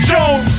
Jones